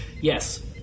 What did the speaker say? Yes